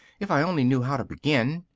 if i only knew how to begin.